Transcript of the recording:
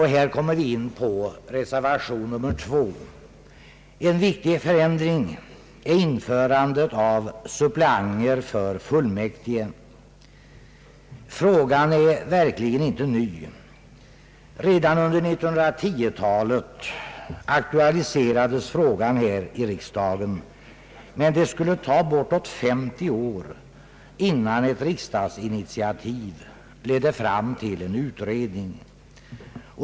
Här kommer vi in på reservationen 2. En viktig förändring är införandet av suppleanter för fullmäktige. Frågan är verkligen inte ny. Redan under 1910-talet aktualiserades frågan här i riksdagen, men det skulle ta bortåt 50 år, innan ett riksdagsinitiativ ledde fram till en utredning.